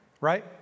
Right